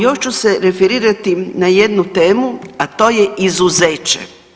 Još ću se referirati na jednu temu, a to je izuzeće.